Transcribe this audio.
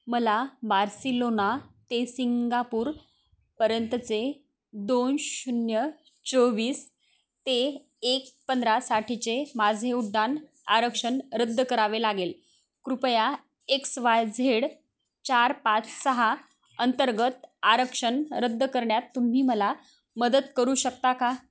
मला बार्सिलोना ते सिंगापूर पर्यंतचे दोन शून्य चोवीस ते एक पंधरा साठीचे माझे उड्डाण आरक्षण रद्द करावे लागेल कृपया एक्स वाय झेड चार पाच सहा अंतर्गत आरक्षण रद्द करण्यात तुम्ही मला मदत करू शकता का